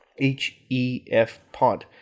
hefpod